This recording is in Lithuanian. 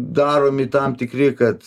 daromi tam tikri kad